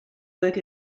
work